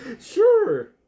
Sure